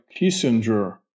Kissinger